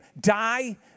die